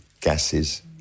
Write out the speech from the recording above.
gases